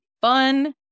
fun